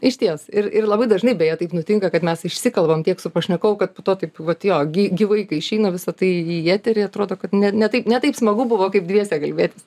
išties ir ir labai dažnai beje taip nutinka kad mes išsikalbam tiek su pašnekovu kad po to taip vat jo gy gyvai kai išeina visą tai į eterį atrodo kad ne ne taip ne taip smagu buvo kaip dviese kalbėtis